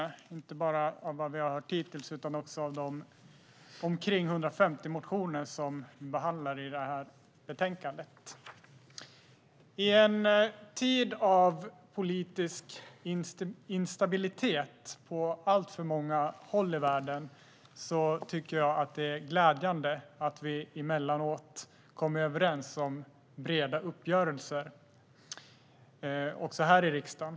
Det gäller inte bara det som vi har hört här hittills utan även de omkring 150 motioner som behandlas i detta betänkande. I en tid av politisk instabilitet på alltför många håll i världen tycker jag att det är glädjande att vi emellanåt kommer överens om breda uppgörelser också här i riksdagen.